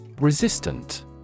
Resistant